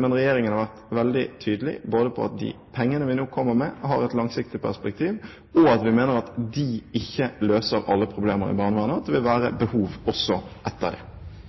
Men regjeringen har vært veldig tydelig både på at de pengene vi nå kommer med, har et langsiktig perspektiv, og at vi mener at de ikke løser alle problemer i barnevernet, men at det vil være behov også etter det.